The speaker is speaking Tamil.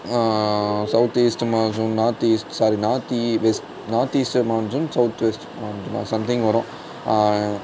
south east monsoon north east sorry north west north east monsoon south west மான்சூனா சம்திங் வரும்